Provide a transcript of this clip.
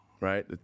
right